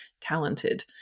talented